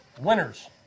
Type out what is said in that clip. Winners